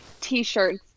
t-shirts